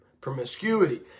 promiscuity